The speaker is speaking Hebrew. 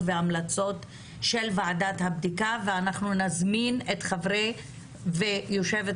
והמלצות של ועדת הבדיקה ואנחנו נזמין את חברי ויושבת-ראש